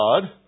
God